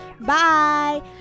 Bye